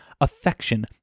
affection